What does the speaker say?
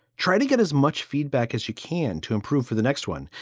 try to get as much feedback as you can to improve for the next one.